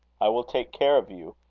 i will take care of you.